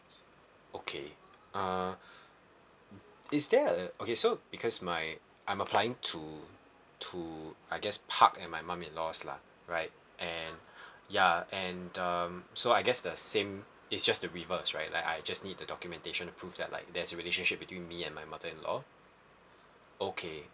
okay uh is there okay so because my I'm applying to to I guess park at my mum in laws lah right and ya and um so I guess the same it's just the reverse right like I just need the documentation prove that like there's relationship between me and my mother in law okay